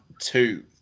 two